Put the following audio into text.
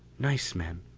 nice men,